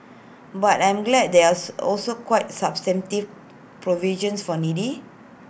but I'm glad there's also quite substantive provisions for needy